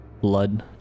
blood